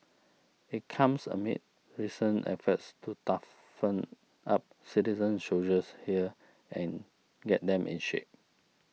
it comes amid recent efforts to toughen up citizen soldiers here and get them in shape